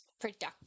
productive